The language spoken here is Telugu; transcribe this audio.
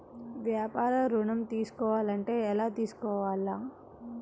వ్యాపార ఋణం తీసుకోవాలంటే ఎలా తీసుకోవాలా?